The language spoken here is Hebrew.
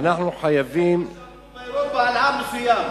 זה מה שאמרו באירופה על עם מסוים.